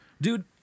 dude